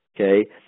okay